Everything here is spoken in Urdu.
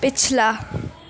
پچھلا